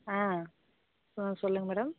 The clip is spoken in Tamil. ஆ ம் சொல்லுங்கள் மேடம்